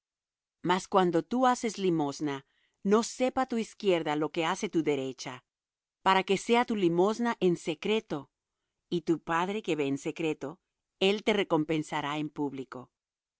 mas cuando tú haces limosna no sepa tu izquierda lo que hace tu derecha para que sea tu limosna en secreto y tu padre que ve en secreto él te recompensará en público